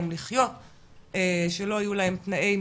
אורי ברטפלד,